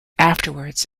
afterwards